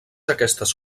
aquestes